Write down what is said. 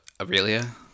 Aurelia